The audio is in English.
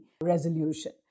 resolution